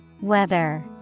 Weather